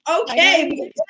Okay